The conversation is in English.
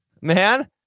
man